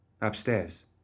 Upstairs